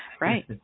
Right